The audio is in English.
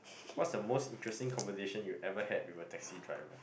what's the most interesting conversation you ever had with a taxi driver